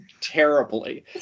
terribly